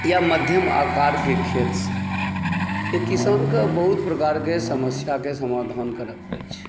या मध्यम आकारके खेत एक किसानके बहुत प्रकारके समस्याके समाधान करऽ पड़ै छै